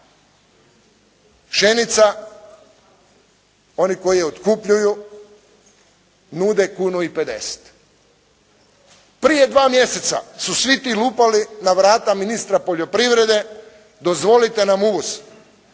pšenica, oni koji je otkupljuju nude 1,5 kunu. Prije 2 mjeseca su svi ti lupali na vrata ministra poljoprivrede, dozvolite nam uz